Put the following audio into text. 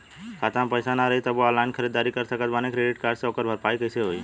खाता में पैसा ना रही तबों ऑनलाइन ख़रीदारी कर सकत बानी क्रेडिट कार्ड से ओकर भरपाई कइसे होई?